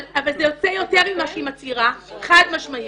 אבל זה יוצא יותר ממה שהיא מצהירה, חד משמעית.